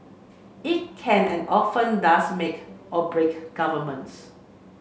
it can and often does make or break governments